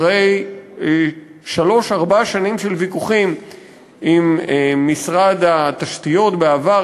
אחרי שלוש-ארבע שנים של ויכוחים עם משרד התשתיות בעבר,